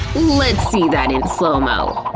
let's see that in slo-mo,